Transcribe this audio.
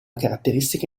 caratteristica